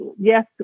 yes